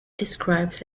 describes